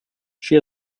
she